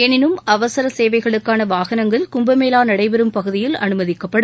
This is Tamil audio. எனினும் அவசர சேவைகளுக்கான வாகனங்கள் கும்பமேளா நடைபெறம் பகுதியில் அனுமதிக்கப்படும்